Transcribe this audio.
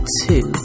two